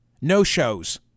No-shows